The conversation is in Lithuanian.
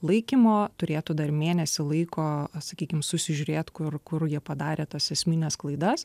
laikymo turėtų dar mėnesį laiko sakykim susižiūrėt kur kur jie padarė tas esmines klaidas